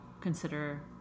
consider